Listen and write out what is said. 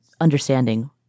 understanding